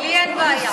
לי אין בעיה.